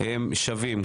הם שווים.